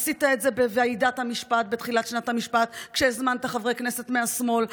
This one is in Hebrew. עשית את זה בוועידת המשפט בתחילת שנת המשפט כשהזמנת חברי כנסת מהשמאל,